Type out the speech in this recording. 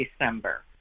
December